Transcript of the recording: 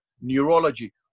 neurology